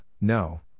no